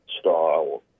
style